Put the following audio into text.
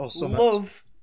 love